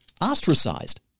ostracized